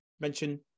mention